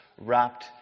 wrapped